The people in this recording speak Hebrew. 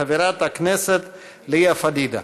חברת הכנסת לאה פדידה.